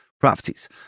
prophecies